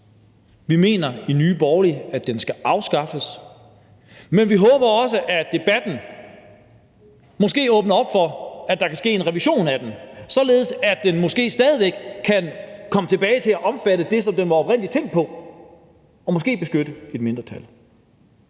Vi mener i Nye Borgerlige, at den skal afskaffes, men vi håber også, at debatten åbner op for, at der kan ske en revision af den, således at den måske kan vende tilbage til at omfatte det, som den oprindelig var tiltænkt, nemlig at beskytte et mindretal.